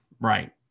Right